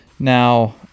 Now